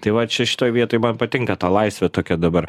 tai va čia šitoj vietoj man patinka ta laisvė tokia dabar